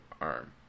arm